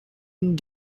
and